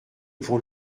pour